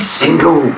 single